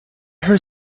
her